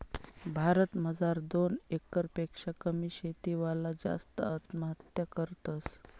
भारत मजार दोन एकर पेक्शा कमी शेती वाला जास्त आत्महत्या करतस